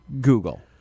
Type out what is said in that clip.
Google